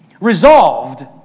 Resolved